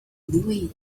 louie